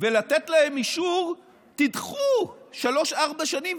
ולתת להם אישור: תדחו בשלוש-ארבע שנים,